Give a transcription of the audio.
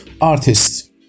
artists